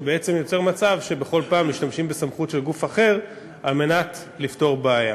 שבעצם יוצר מצב שבכל פעם משתמשים בסמכות של גוף אחר על מנת לפתור בעיה.